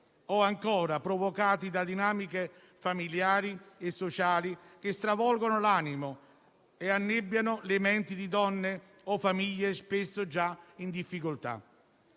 o ancora provocati da dinamiche familiari e sociali che stravolgono l'animo e annebbiano le menti di donne o famiglie spesso già in difficoltà.